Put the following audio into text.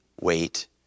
wait